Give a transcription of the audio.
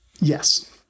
Yes